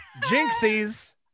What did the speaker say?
jinxies